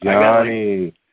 Johnny